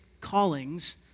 callings